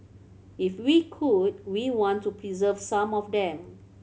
if we could we want to preserve some of them